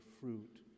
fruit